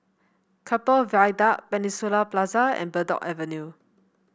Keppel Viaduct Peninsula Plaza and Bridport Avenue